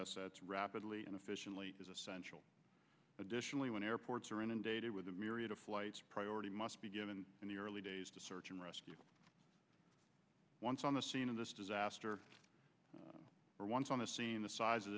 assets rapidly and efficiently is essential additionally when airports are inundated with a myriad of flights priority must be given in the early days to search and rescue once on the scene of this disaster once on the scene the size of